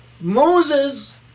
Moses